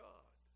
God